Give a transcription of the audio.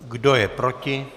Kdo je proti?